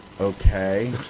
Okay